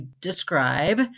describe